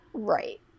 Right